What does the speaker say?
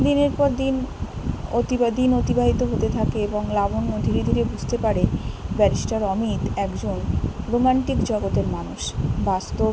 দিনের পর দিন দিন অতিবাহিত হতে থাকে এবং লাবণ্য ধীরে ধীরে বুঝতে পারে ব্যারিস্টার অমিত একজন রোম্যান্টিক জগতের মানুষ বাস্তব